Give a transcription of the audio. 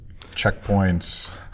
checkpoints